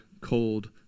cold